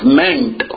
meant